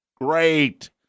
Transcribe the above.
Great